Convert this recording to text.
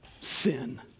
sin